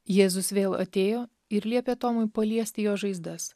jėzus vėl atėjo ir liepė tomui paliesti jo žaizdas